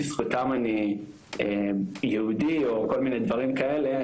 בזכותם אני יהודי או כל מיני דברים כאלה,